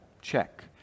Check